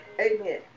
Amen